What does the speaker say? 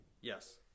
Yes